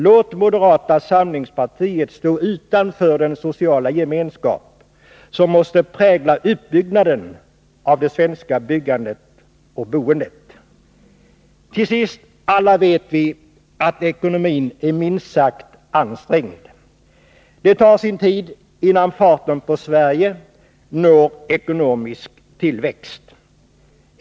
Låt moderata samlingspartiet stå utanför den sociala gemenskap som måste prägla utbyggnaden av det svenska byggandet och boendet. Till sist. Alla vet vi att ekonomin är minst sagt ansträngd. Det tar sin tid innan farten på Sverige blir tillräcklig för ekonomisk tillväxt.